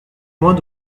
moins